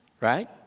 right